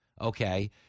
Okay